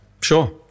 sure